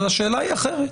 אבל השאלה היא אחרת: